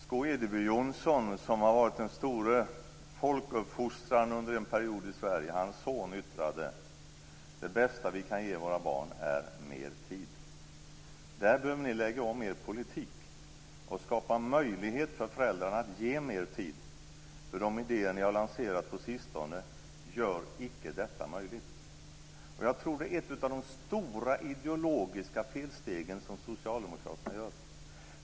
Skå Edeby-Jonsson har varit den store folkuppfostraren under en period i Sverige. Hans son yttrade: Det bästa vi kan ge våra barn är mer tid. Där behöver ni lägga om er politik och skapa möjlighet för föräldrarna att ge mer tid. De idéer ni har lanserat på sistone gör icke detta möjligt. Jag tror att det är ett av de stora ideologiska felstegen som socialdemokraterna gör.